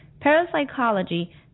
parapsychology